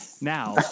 now